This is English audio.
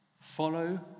follow